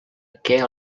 què